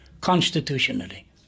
constitutionally